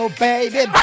baby